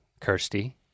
Kirsty